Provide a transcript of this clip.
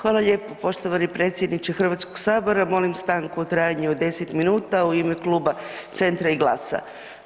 Hvala lijepa poštovani predsjedniče Hrvatskog sabora, molim stanku u trajanju od 10 min u ime kluba Centra i GLAS-a.